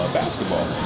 basketball